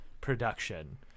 production